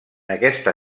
aquesta